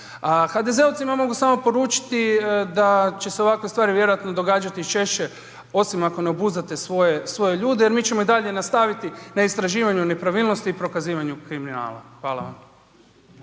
HDZ-ovcima mogu samo poručiti da će se ovakve stvari vjerojatno događati i češće osim ako ne obuzdate svoje ljude jer mi ćemo i dalje nastaviti na istraživanju nepravilnosti prokazivanju kriminala. Hvala vam.